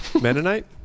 Mennonite